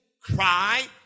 cry